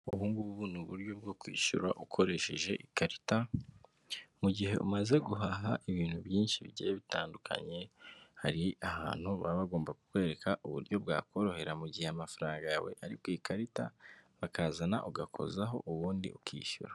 Ubungubu ni uburyo bwo kwishyura ukoresheje ikarita. Mu gihe umaze guhaha ibintu byinshi bigiye bitandukanye, hari ahantu baba bagomba kukwereka uburyo bwakorohera mu gihe amafaranga yawe ari ku ikarita. Bakazana ugakozaho ubundi ukishyura.